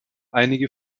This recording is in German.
einige